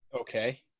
Okay